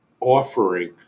offering